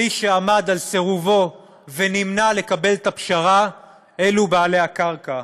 מי שעמד בסירובו ונמנע לקבל את הפשרה אלו בעלי הקרקע,